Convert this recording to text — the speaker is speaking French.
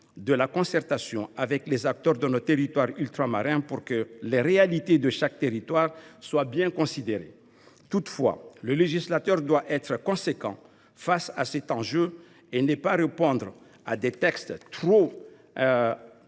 la concertation avec les acteurs de nos territoires ultramarins, pour que les réalités de chaque territoire soient bien prises en compte. Toutefois, le législateur doit être conséquent face à cet enjeu et ne pas y répondre par des textes trop